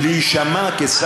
מה קיבלתם